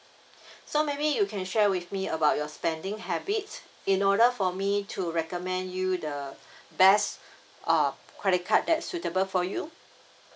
so maybe you can share with me about your spending habits in order for me to recommend you the best uh credit card that suitable for you